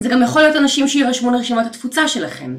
זה גם יכול להיות אנשים שירשמו לרשימת התפוצה שלכם.